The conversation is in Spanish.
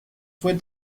fue